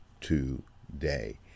today